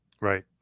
right